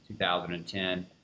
2010